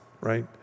right